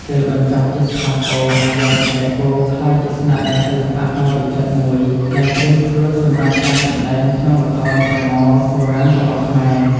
ពេលបញ្ចប់ជាស្ថាពរ អាយ៉ងស្បែកគោក្លាយជាស្នាដៃសិល្បៈដ៏វិចិត្រមួយដែលត្រៀមខ្លួនសម្រាប់ការសម្តែងក្នុងល្ខោនស្រមោលបុរាណរបស់ខ្មែរ។